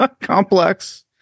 complex